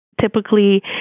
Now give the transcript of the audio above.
typically